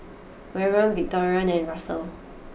Warren Victorine and Russell